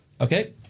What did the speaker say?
Okay